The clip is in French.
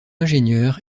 ingénieur